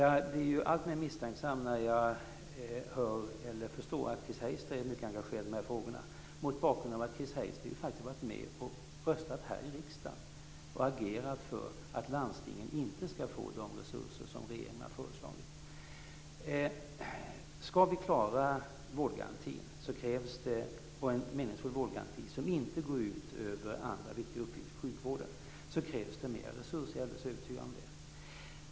Jag blir alltmer misstänksam när jag förstår att Chris Heister är engagerad i frågorna, mot bakgrund av att Chris Heister faktiskt har varit med och röstat i riksdagen och agerat för att landstingen inte skall få de resurser som regeringen har föreslagit. Skall vi klara en meningsfull vårdgaranti som inte går ut över andra viktiga uppgifter i sjukvården krävs det mer resurser. Jag är alldeles övertygad om det.